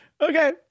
Okay